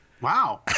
Wow